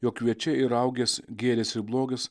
jog kviečiai ir raugės gėris blogis